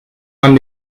man